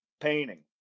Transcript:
painting